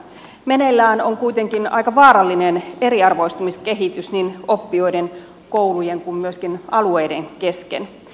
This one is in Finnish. meneillään on kuitenkin aika vaarallinen eriarvoistumiskehitys niin oppijoiden koulujen kuin myöskin alueiden kesken